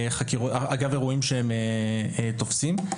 אגב אירועים שהם תופסים,